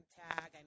tag